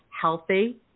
healthy